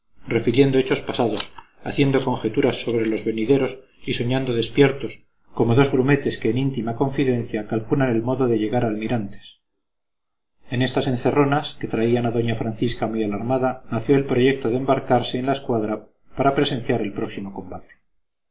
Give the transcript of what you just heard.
refiriendo hechos pasados haciendo conjeturas sobre los venideros y soñando despiertos como dos grumetes que en íntima confidencia calculan el modo de llegar a almirantes en estas encerronas que traían a doña francisca muy alarmada nació el proyecto de embarcarse en la escuadra para presenciar el próximo combate